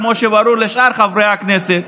כמו שברור לשאר חברי הכנסת,